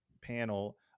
panel